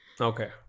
okay